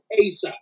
ASAP